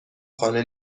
خانه